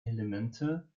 elemente